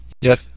Yes